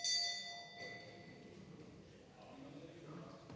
Tak